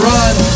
run